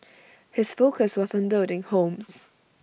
his focus was on building homes